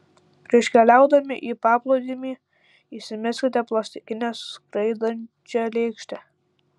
prieš keliaudami į paplūdimį įsimeskite plastikinę skraidančią lėkštę